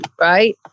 right